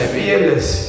fearless